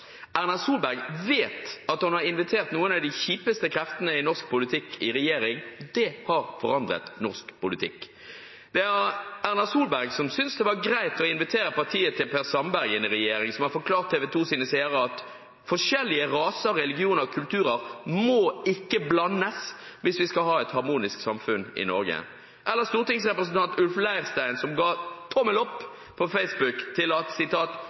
Erna Solberg vet at hun har invitert noen av de kjipeste kreftene i norsk politikk i regjering, og det har forandret norsk politikk. Det var Erna Solberg som syntes det var greit å invitere partiet til Per Sandberg inn i regjering, som har forklart TV 2s seere at forskjellige raser, religioner og kulturer ikke må blandes hvis vi skal ha et harmonisk samfunn i Norge, eller stortingsrepresentant Ulf Leirstein, som ga tommel opp på Facebook til at